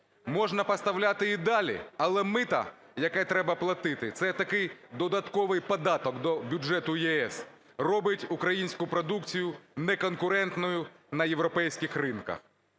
Можна поставляти і далі, але мито, яке треба платити, це такий додатковий податок до бюджету ЄС, робить українську продукцію неконкурентною на європейських ринках.